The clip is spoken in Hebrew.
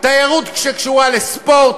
תיירות שקשורה לספורט,